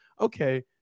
okay